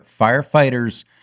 firefighters